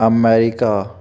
America